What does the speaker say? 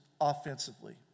offensively